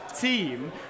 team